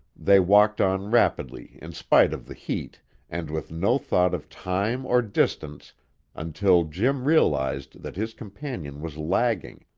they walked on rapidly in spite of the heat and with no thought of time or distance until jim realized that his companion was lagging,